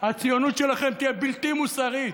הציונות שלכם תהיה בלתי מוסרית,